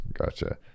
Gotcha